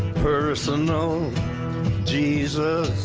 personal jesus